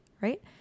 right